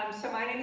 so my name is